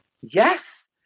Yes